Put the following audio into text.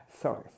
Sorry